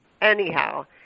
anyhow